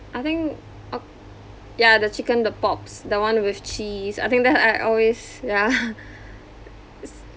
I think oct~ ya the chicken the pops the one with cheese I think that I always ya it's